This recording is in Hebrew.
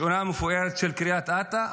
שכונה מפוארת של קריית אתא,